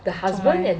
做么 leh